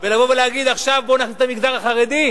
ולבוא ולהגיד: עכשיו בוא נכניס את המגזר החרדי,